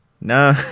No